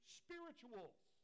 spirituals